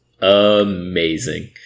Amazing